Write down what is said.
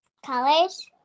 Colors